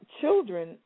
children